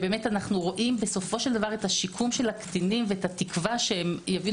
אנו רואים את שיקום הקטינים ואת התקווה שהם יבינו